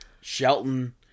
Shelton